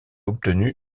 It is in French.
obtenu